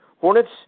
Hornets